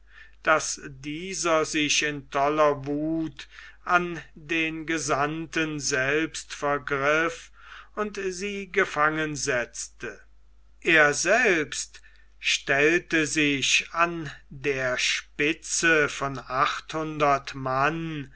daß dieser sich in toller wuth an den gesandten selbst vergriff und sie gefangen setzte er selbst stellte sich an der spitze von achthundert mann